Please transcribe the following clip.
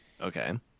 okay